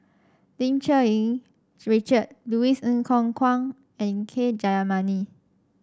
Lim Cherng Yih Richard Louis Ng Kok Kwang and K Jayamani